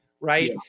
right